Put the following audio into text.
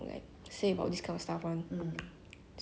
I got like a pet dog lah so that